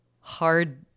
hard